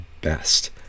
best